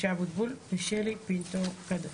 משה אבוטבול ושירלי פינטו קדוש.